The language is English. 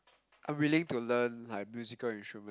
I'm willing to learn like musical instrument